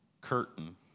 curtain